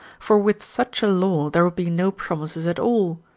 for with such a law there would be no promises at all,